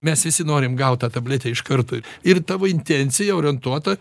mes visi norim gaut tą tabletę iš karto ir tavo intencija orientuota